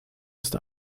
ist